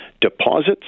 deposits